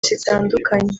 zitandukanye